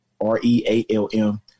r-e-a-l-m